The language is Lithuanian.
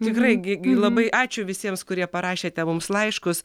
tikrai gi labai ačiū visiems kurie parašėte mums laiškus